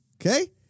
Okay